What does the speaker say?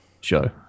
show